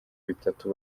bitatu